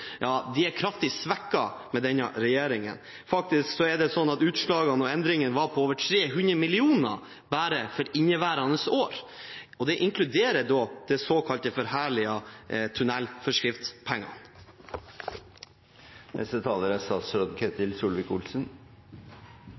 er kraftig svekket med denne regjeringen. Faktisk er det slik at utslagene og endringene var på over 300 mill. kr bare for inneværende år, og det inkluderer de såkalte forherligede tunnelforskriftspengene.